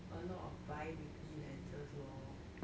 a lot of biweekly lenses lor